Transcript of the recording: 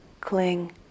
cling